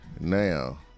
now